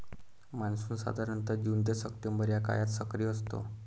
monsoon साधारणतः June ते September या काळात सक्रिय असतो